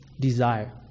desire